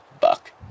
buck